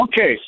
Okay